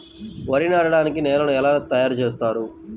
వరి నాటడానికి నేలను ఎలా తయారు చేస్తారు?